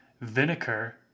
vinegar